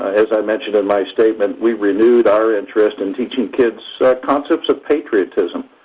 as i mentioned in my statement, we renewed our interest in teaching kids concepts of patriotism,